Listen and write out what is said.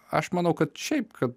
aš manau kad šiaip kad